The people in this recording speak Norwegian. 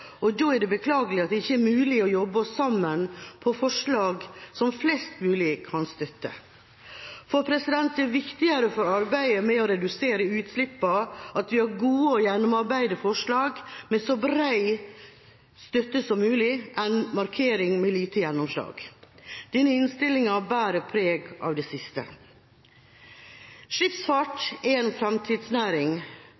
og miljø, og da er det beklagelig at det ikke er mulig å jobbe oss sammen på forslag som flest mulig kan støtte. Det er viktigere for arbeidet med å redusere utslippene at vi har gode og gjennomarbeidede forslag med bredest mulig støtte, enn markeringer med lite gjennomslag. Denne innstillinga bærer preg av det siste. Skipsfart